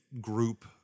group